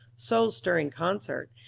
soul-stirring concert,